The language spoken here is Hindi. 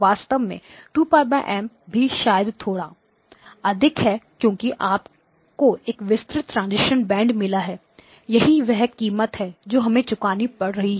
वास्तव में 2 π M भी शायद थोड़ा अधिक है क्योंकि आपको एक विस्तृत ट्रांजिशन बैंड मिला है यही वही कीमत है जो हमें चुकानी पड़ रही है